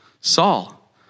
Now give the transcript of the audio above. Saul